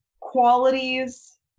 qualities